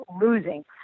losing